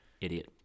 idiot